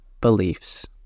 beliefs